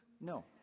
No